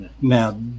Now